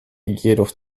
jedoch